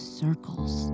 circles